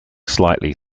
slightly